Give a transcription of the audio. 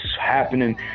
happening